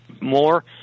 more